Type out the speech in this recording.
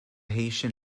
haitian